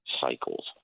cycles